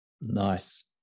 Nice